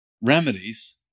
remedies